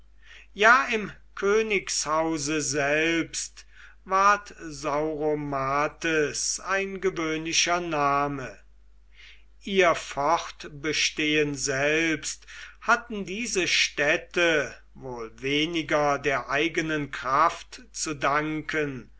ja im königshause selbst ward sauromates ein gewöhnlicher name ihr fortbestehen selbst hatten diese städte wohl weniger der eigenen kraft zu danken